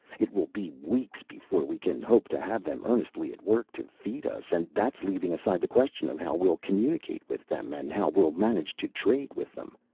it will be weeks before we can hope to have them earnestly at work to feed us, and that's leaving aside the question of how we'll communicate with them, and how we'll manage to trade with them.